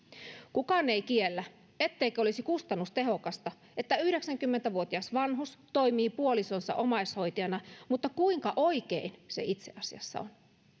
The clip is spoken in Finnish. kukaan ei kiellä etteikö olisi kustannustehokasta että yhdeksänkymmentä vuotias vanhus toimii puolisonsa omaishoitajana mutta kuinka oikein se itse asiassa on